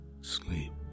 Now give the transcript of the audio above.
sleep